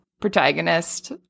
protagonist